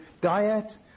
diet